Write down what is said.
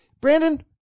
brandon